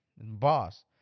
boss